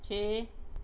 ਛੇ